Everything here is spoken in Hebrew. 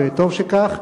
וטוב שכך,